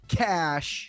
cash